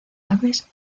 aves